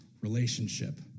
relationship